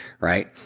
right